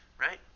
right